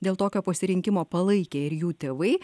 dėl tokio pasirinkimo palaikė ir jų tėvai